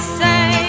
say